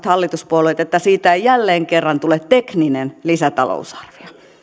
hallituspuolueet että siitä ei jälleen kerran tule tekninen lisätalousarvio